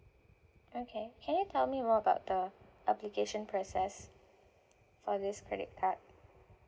okay can you tell me more about the application process for this credit card